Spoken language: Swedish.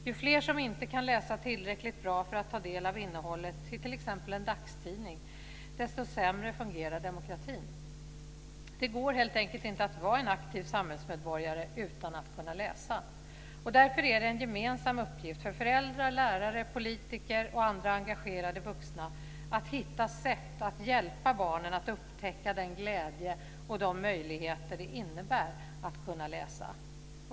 Ju fler som inte kan läsa tillräckligt bra för att ta del av innehållet i t.ex. en dagstidning, desto sämre fungerar demokratin. Det går helt enkelt inte att vara en aktiv samhällsmedborgare utan att kunna läsa. Därför är det en gemensam uppgift för föräldrar, lärare, politiker och andra engagerade vuxna att hitta sätt att hjälpa barnen att upptäcka den glädje och de möjligheter det innebär att kunna läsa.